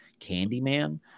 Candyman